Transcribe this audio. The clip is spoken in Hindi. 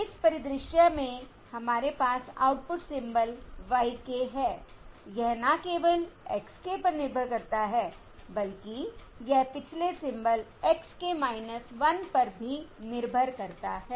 इस परिदृश्य में हमारे पास आउटपुट सिंबल y k है यह न केवल x k पर निर्भर करता है बल्कि यह पिछले सिंबल x k 1 पर भी निर्भर करता है